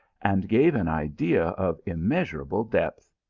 and gave an idea of immeasura ble depth.